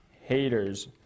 haters